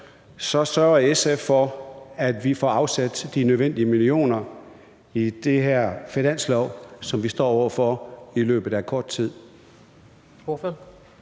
42 sørger SF for, at vi får afsat de nødvendige millioner i den her finanslov, som vi står over for i løbet af kort tid.